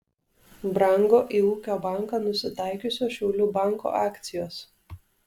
brango į ūkio banką nusitaikiusio šiaulių banko akcijos